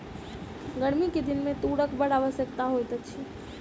गर्मी के दिन में तूरक बड़ आवश्यकता होइत अछि